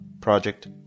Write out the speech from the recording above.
project